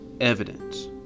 evidence